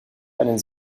einen